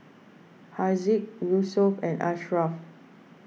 Haziq Yusuf and Ashraff